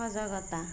সজাগতা